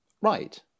right